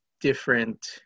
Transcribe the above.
different